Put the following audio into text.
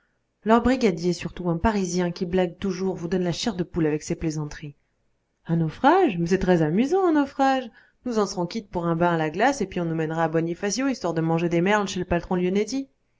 leur brigadier surtout un parisien qui blague toujours vous donne la chair de poule avec ses plaisanteries un naufrage mais c'est très amusant un naufrage nous en serons quittes pour un bain à la glace et puis on nous mènera à bonifacio histoire de manger des merles chez le patron